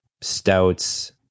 stouts